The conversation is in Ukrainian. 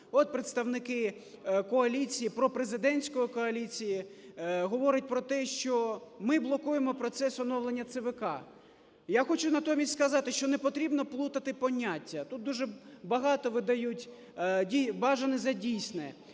От представники коаліції, пропрезидентської коаліції говорять про те, що ми блокуємо процес оновлення ЦВК. Я хочу натомість сказати, що не потрібно плутати поняття, тут дуже багато видають бажане за дійсне.